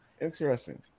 Interesting